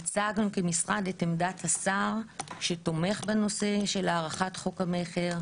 הצגנו כמשרד את עמדת השר שתומך בנושא של הארכת חוק המכר.